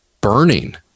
burning